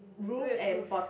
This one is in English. red roof